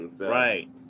Right